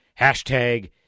Hashtag